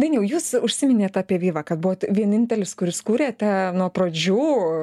dainiau jūs užsiminėt apie vivą kad buvot vienintelis kuris kūrėte nuo pradžių